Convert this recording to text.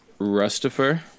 Rustifer